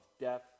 death